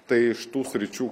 tai iš tų sričių